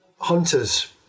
hunters